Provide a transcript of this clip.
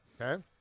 Okay